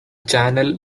channel